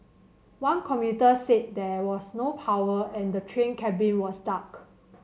one commuter said there was no power and the train cabin was dark